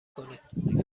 کنید